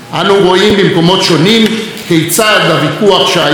שהיה מקור גאוותה וחוסנה של הדמוקרטיה,